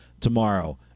tomorrow